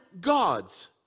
gods